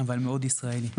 אבל מאוד ישראלי.